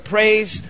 Praise